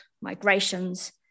migrations